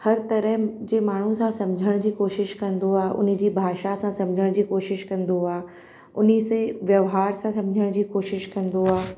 हर तरहनि जे माण्हुनि सां सम्झण जी कोशिशि कंदो आहे उन जी भाषा असां सम्झण जी कोशिशि कंदो आ्हे उन सां वहिंवार सां सम्झण जी कोशिशि कंदो आहे